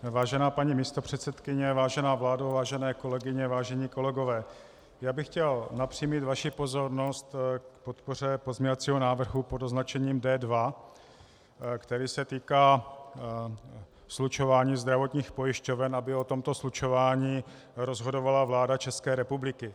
Vážená paní místopředsedkyně, vážená vládo, vážené kolegyně, vážení kolegové, já bych chtěl napřímit vaši pozornost k podpoře pozměňovacího návrhu pod označením D2, který se týká slučování zdravotních pojišťoven, aby o tomto slučování rozhodovala vláda České republiky.